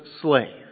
slave